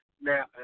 now